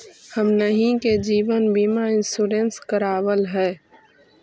हमनहि के जिवन बिमा इंश्योरेंस करावल है?